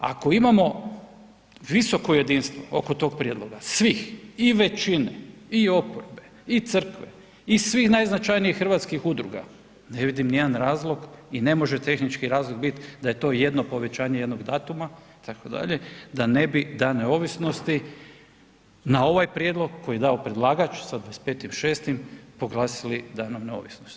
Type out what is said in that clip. Ako imamo visoko jedinstvo oko tog prijedloga, svih i većine i oporbe i crkve i svih najznačajnijih hrvatskih udruga ne vidim ni jedan razlog i ne može tehnički razlog biti da je to jedno povećanje jednog datuma itd., da ne bi Dan neovisnosti na ovaj prijedlog koji je dao predlagač sa 25.6. proglasili Danom neovisnosti.